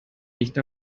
nicht